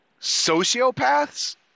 sociopaths